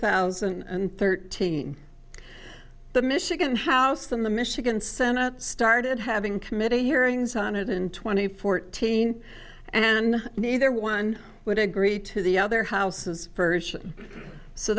thousand and thirteen the michigan house the michigan senate started having committee hearings on it in twenty fourteen and neither one would agree to the other houses version so